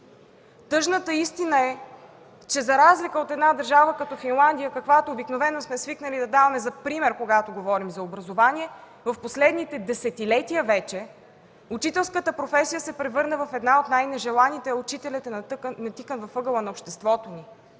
Тъжната истина е, че за разлика от една държава като Финландия, както обикновено сме свикнали да даваме за пример, когато говорим за образование, в последните десетилетия вече учителската професия се превърна в една от най-нежеланите, а учителят е натикан в ъгъла на обществото ни.